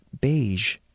beige